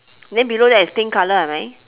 then below that is pink colour hai mai